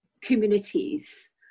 communities